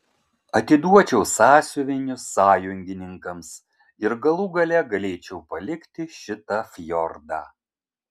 atiduočiau sąsiuvinius sąjungininkams ir galų gale galėčiau palikti šitą fjordą